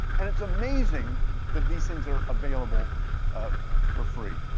and it's amazing that these things are available for free.